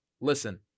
listen